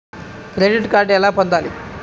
Credit card ఎలా పొందాలి?